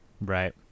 right